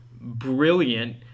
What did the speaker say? brilliant